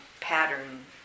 pattern